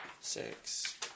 six